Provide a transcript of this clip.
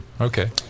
Okay